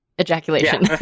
ejaculation